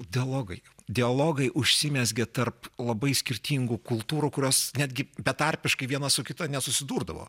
dialogai dialogai užsimezgė tarp labai skirtingų kultūrų kurios netgi betarpiškai viena su kita nesusidurdavo